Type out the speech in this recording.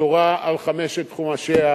התורה על חמשת חומשיה,